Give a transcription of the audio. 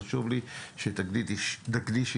שיכון,